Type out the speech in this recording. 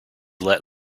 let